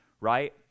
Right